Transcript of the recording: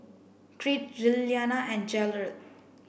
Creed Lilyana and Jerald